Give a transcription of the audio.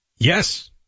Yes